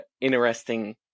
interesting